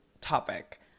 topic